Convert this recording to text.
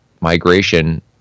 migration